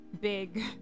big